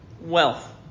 wealth